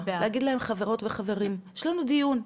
להגיד להם חברות וחברים, יש לנו דיון.